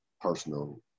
personal